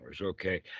okay